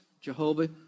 Jehovah